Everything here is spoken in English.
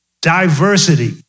Diversity